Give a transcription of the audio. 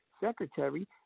secretary